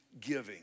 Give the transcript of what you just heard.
giving